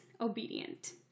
obedient